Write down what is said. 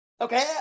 Okay